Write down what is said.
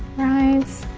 rise,